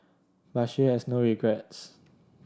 but she has no regrets